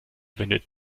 wendet